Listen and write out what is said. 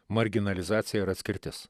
marginalizacija ir atskirtis